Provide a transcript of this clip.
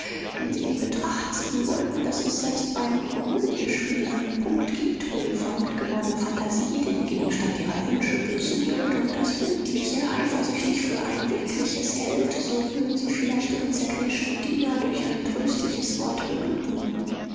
wenn sie in betracht ziehen wollten daß es selbst beim komödiespiel einen punkt gibt wo die verrückt gewordene phantasie den gegenstand ihrer wünsche besudelt und das bildliche eifersüchtig für ein wirkliches hält so würden sie vielleicht ihren zerknirschten diener durch ein tröstliches wort beglücken